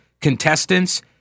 contestants